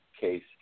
case